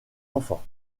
enfants